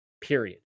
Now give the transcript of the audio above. Period